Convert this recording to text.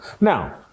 Now